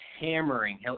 hammering